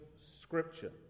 scripture